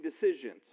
decisions